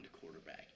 quarterback